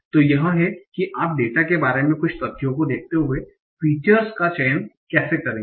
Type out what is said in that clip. तो यह है कि आप डेटा के बारे में कुछ तथ्यों को देखते हुए फीचर्स का चयन कैसे करेंगे